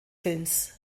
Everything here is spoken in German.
films